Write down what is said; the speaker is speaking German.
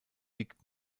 liegt